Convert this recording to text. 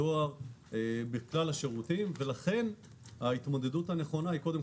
הדואר שם הוא